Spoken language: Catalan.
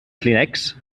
clínex